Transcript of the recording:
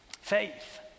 Faith